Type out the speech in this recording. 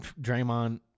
Draymond